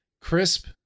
crisp